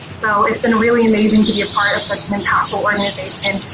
so it's been really amazing to be a part of such an impactful organization.